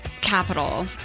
capital